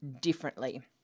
differently